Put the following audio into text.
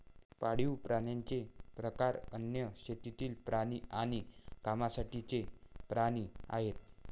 पाळीव प्राण्यांचे प्रकार अन्न, शेतातील प्राणी आणि कामासाठीचे प्राणी आहेत